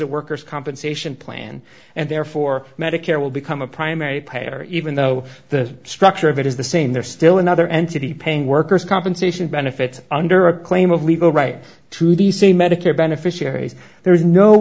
a worker's compensation plan and therefore medicare will become a primary payer even though the structure of it is the same they're still another entity paying worker's compensation benefits under a claim of legal right to the same medicare beneficiaries there is no